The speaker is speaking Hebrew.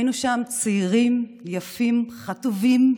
היינו שם צעירים, יפים, חטובים,